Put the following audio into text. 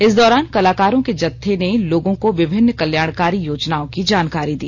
इस दौरान कलाकारों के जत्थे ने लोगों को विभिन्न कल्याणकारी योजनाओं की जानकारी दी